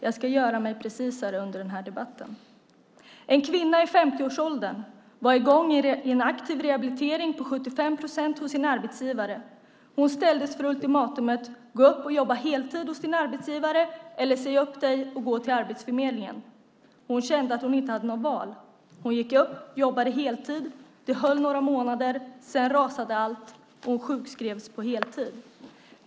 Jag ska precisera mig under den här debatten. En kvinna i 50-årsåldern var i gång i en aktiv rehabilitering på 75 procent hos sin arbetsgivare. Hon ställdes inför ultimatumet: Gå upp och jobba heltid hos din arbetsgivare eller säg upp dig och gå till Arbetsförmedlingen! Hon kände att hon inte hade något val. Hon gick upp i arbetstid och jobbade heltid. Det höll några månader, sedan rasade allt och hon sjukskrevs på heltid.